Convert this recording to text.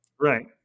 Right